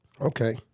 okay